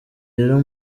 rero